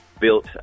built